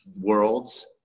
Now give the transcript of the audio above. worlds